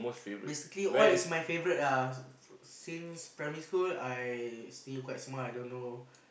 basically all is my favourite ah since primary school I still quite small I don't know